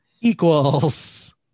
Equals